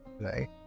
right